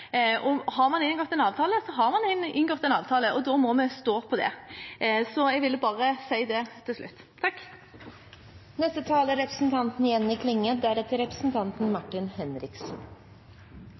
Har man inngått en avtale, så har man inngått en avtale, og da må vi stå på det. Jeg ville bare si det til slutt.